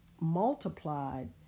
multiplied